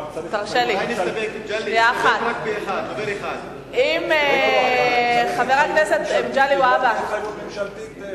תועבר לשם הכנתה לקריאה ראשונה לוועדת החוץ והביטחון של הכנסת.